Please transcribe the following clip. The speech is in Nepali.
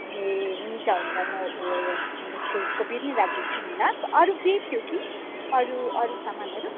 ए हुन्छ हुन्छ म फुलकोपी पनि राखिदिन्छु नि ल अरू केही थियो कि अरू अरू सामानहरू